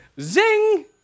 Zing